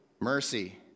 Mercy